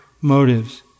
motives